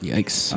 Yikes